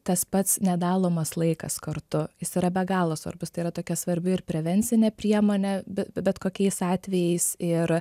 tas pats nedalomas laikas kartu jis yra be galo svarbus tai yra tokia svarbi ir prevencinė priemonė be bet kokiais atvejais ir